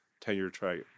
tenure-track